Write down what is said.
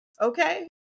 okay